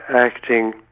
acting